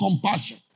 compassion